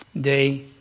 Day